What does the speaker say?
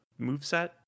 moveset